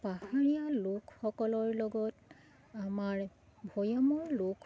পাহাৰীয়া লোকসকলৰ লগত আমাৰ ভৈয়ামৰ লোক